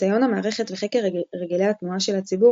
ניסיון המערכת וחקר הרגלי התנועה של הציבור